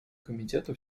комитета